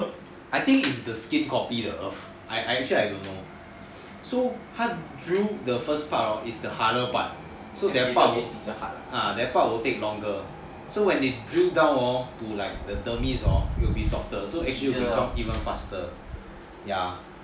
I think is the skit copy the earth actually I don't know so 他 drill the first part hor is the harder part so that part will take longer so when it drills down to like the tomize hor it will be softer so actually it will become even faster ya